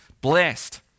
blessed